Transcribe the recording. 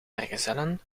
vrijgezellen